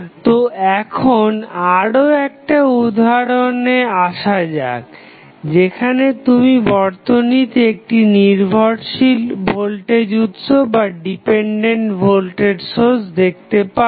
তো এখন আরও একটা উদাহরণে আসা যাক যেখানে তুমি বর্তনীতে একটি নির্ভরশীল ভোল্টেজ উৎস দেখতে পাবে